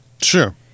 Sure